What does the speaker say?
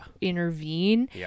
intervene